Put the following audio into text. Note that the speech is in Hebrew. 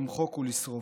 למחוק ולשרוף.